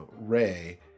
Ray